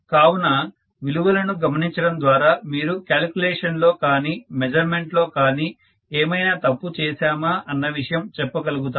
కావున విలువలను గమనించడం ద్వారా మీరు క్యాలిక్యులేషన్ లో కానీ మెజర్మెంట్ లో కానీ ఏమైనా తప్పు చేశామా అన్న విషయం చెప్పగలుగుతారు